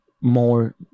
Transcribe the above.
more